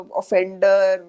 offender